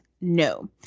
no